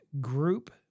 group